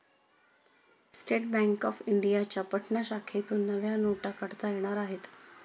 state bank of इंडियाच्या पटना शाखेतून नव्या नोटा काढता येणार आहेत